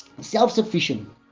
self-sufficient